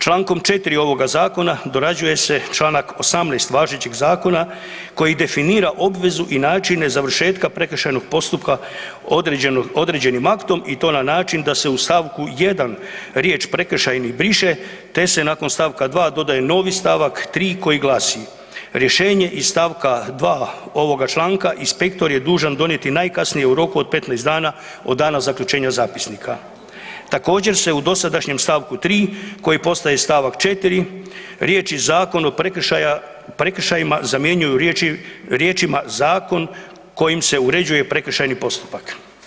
Člankom 4. ovoga Zakona dorađuje se članak 18. važećeg Zakona koji definira obvezu i načine završetka prekršajnog postupka određenim aktom i to na način da se u stavku 1. riječ „prekršajni“ briše te se nakon stavka 2. dodaje novi stavak 3. koji glasi: „Rješenja iz stavka 2. ovoga članka inspektor je dužan donijeti najkasnije u roku od 15 dana od dana zaključenja zapisnika.“ Također se u dosadašnjem stavku 3. koji postaje stavak 4. riječi „Zakon o prekršajima“ zamjenjuju riječima „zakon kojim se uređuje prekršajni postupak“